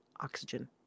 Oxygen